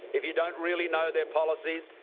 if you don't really know their policies,